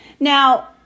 Now